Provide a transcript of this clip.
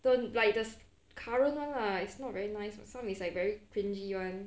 don't like the current one lah it's not very nice [what] some is like very cringey [one]